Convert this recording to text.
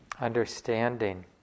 understanding